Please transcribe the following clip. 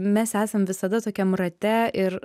mes esam visada tokiam rate ir